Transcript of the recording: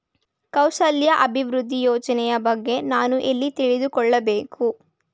ಕೌಶಲ್ಯ ಅಭಿವೃದ್ಧಿ ಯೋಜನೆಯ ಬಗ್ಗೆ ನಾನು ಎಲ್ಲಿ ತಿಳಿದುಕೊಳ್ಳಬೇಕು?